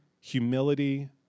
humility